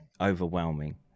overwhelming